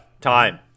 Time